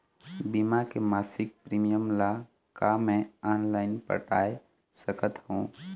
बीमा के मासिक प्रीमियम ला का मैं ऑनलाइन पटाए सकत हो?